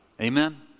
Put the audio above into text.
Amen